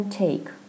take